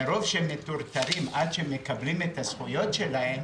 מרוב שהם מטורטרים ועד שהם מקבלים את הזכויות שלהם